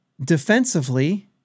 defensively